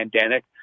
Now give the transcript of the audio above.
pandemic